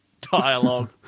dialogue